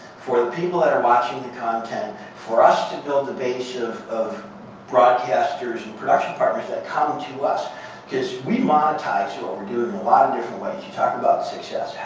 for the people that are watching the content, for us to build a base of of broadcasters and production departments that come to us we monetize what we're doing a lot of different ways. you talk about success.